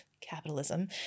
capitalism